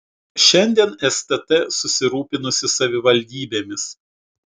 šiandien stt susirūpinusi savivaldybėmis